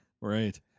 Right